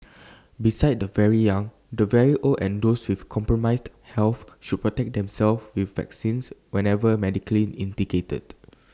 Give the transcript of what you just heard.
besides the very young the very old and those with compromised health should protect themselves with vaccines whenever medically indicated